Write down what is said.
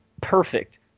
perfect